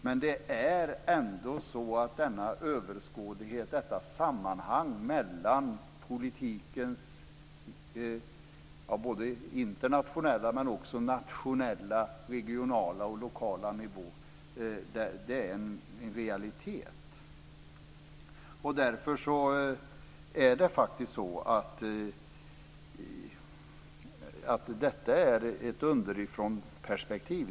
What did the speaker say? Men det är ändå så att denna överskådlighet, detta sammanhang mellan politikens internationella, nationella, regionala och lokala nivå är en realitet. Därför är detta ett underifrånperspektiv.